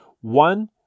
one